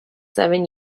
seven